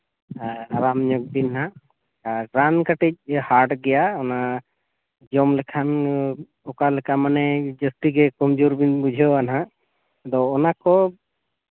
ᱟᱨ ᱟᱨᱟᱢ ᱧᱚᱜᱽ ᱵᱤᱱ ᱦᱟᱸᱜ ᱟᱨ ᱨᱟᱱ ᱠᱟᱹᱴᱤᱡ ᱦᱟᱨᱰ ᱜᱮᱭᱟ ᱚᱱᱟ ᱡᱚᱢ ᱞᱮᱠᱷᱟᱱ ᱚᱠᱟ ᱞᱮᱠᱟ ᱢᱟᱱᱮ ᱡᱟᱹᱥᱛᱤ ᱜᱮ ᱠᱚᱢ ᱡᱳᱨ ᱵᱮᱱ ᱵᱩᱡᱷᱟᱹᱣᱟ ᱱᱟᱦᱟᱸᱜ ᱟᱫᱚ ᱚᱱᱟ ᱠᱚ